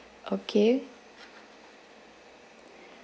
okay